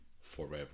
forever